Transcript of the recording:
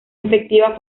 efectiva